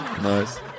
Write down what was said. Nice